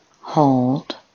hold